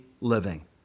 living